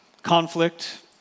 Conflict